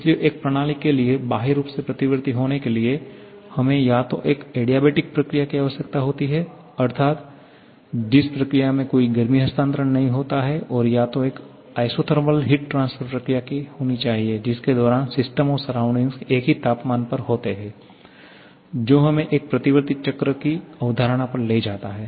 इसलिए एक प्रणाली के लिए बाह्य रूप से प्रतिवर्ती होने के लिए हमें या तो एक एडियाबेटिक प्रक्रिया की आवश्यकता होती है अर्थात जिस प्रक्रिया में कोई गर्मी हस्तांतरण नहीं होता हो और या तो एक आइसोथर्मल हीट ट्रांसफर प्रक्रिया होनी चाहिए जिसके दौरान सिस्टम और सराउंडिंग एक ही तापमान पर होते हैं और जो हमें एक प्रतिवर्ती चक्र की अवधारणा पर ले जाता है